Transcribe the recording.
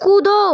कूदो